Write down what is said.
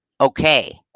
Okay